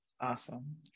Awesome